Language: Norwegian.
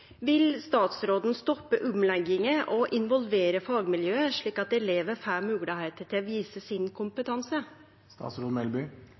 Vil statsråden stanse omleggingen og involvere fagmiljøene slik at alle elever får muligheten til å vise sin